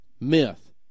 Myth